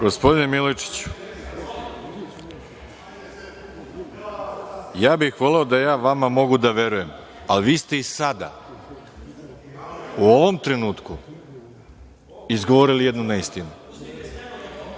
Gospodine Milojičiću, ja bih voleo da ja vama mogu da verujem, a vi ste i sada u ovom trenutku izgovorili jednu neistinu.